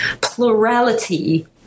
plurality